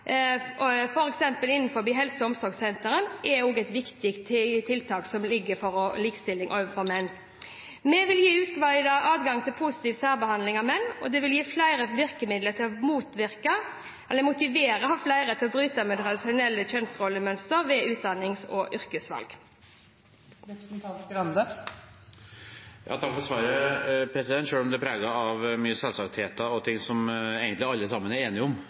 helse- og omsorgssektoren, er et viktig tiltak for likestilling også for menn. Vi vil gi utvidet adgang til positiv særbehandling av menn. Det vil gi flere virkemidler til å motivere flere til å bryte med tradisjonelle kjønnsrollemønstre ved utdannings- og yrkesvalg. Takk for svaret, selv om det var preget av mange selvsagtheter og ting som egentlig alle er enige om.